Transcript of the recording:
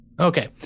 Okay